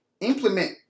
Implement